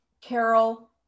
Carol